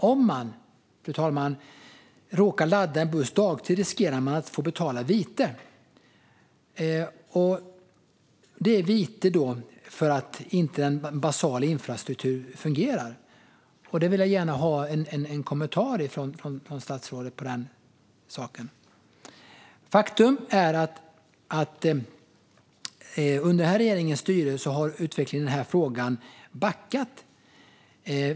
Om man, fru talman, råkar ladda en buss dagtid riskerar man att få betala vite. Orsaken är att basal infrastruktur inte fungerar. Jag vill gärna ha en kommentar från statsrådet om den saken. Faktum är att utvecklingen i den här frågan har backat under den här regeringens styre.